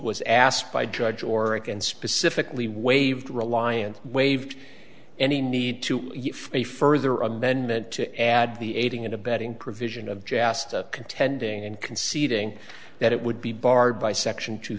was asked by judge aurukun specifically waived reliance waived any need to a further amendment to add the aiding and abetting provision of jasta contending in conceding that it would be barred by section two